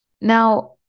Now